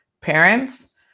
Parents